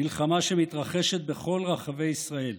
מלחמה שמתרחשת בכל רחבי ישראל,